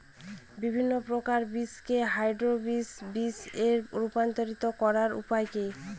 বিভিন্ন প্রকার বীজকে হাইব্রিড বীজ এ রূপান্তরিত করার উপায় কি?